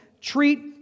treat